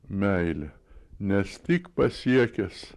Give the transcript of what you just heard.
meilė nes tik pasiekęs